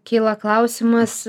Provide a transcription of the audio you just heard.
kyla klausimas